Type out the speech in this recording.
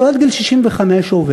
הוא עד גיל 65 עבד,